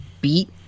beat